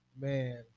Man